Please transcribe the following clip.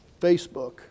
Facebook